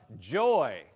joy